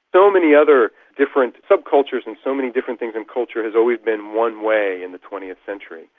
so many other different subcultures and so many different things in culture has always been one way in the twentieth century.